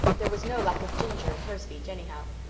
there was no lack of ginger in her speech, anyhow.